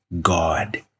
God